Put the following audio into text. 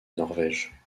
norvège